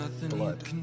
Blood